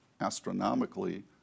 astronomically